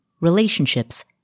relationships